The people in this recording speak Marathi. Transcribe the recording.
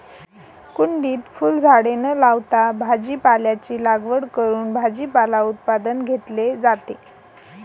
कुंडीत फुलझाडे न लावता भाजीपाल्याची लागवड करून भाजीपाला उत्पादन घेतले जाते